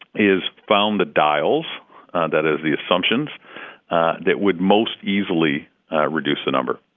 is found the dials that is, the assumptions that would most easily reduce the number.